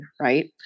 right